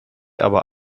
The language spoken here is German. aber